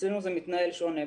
אצלנו זה מתנהל שונה.